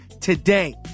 today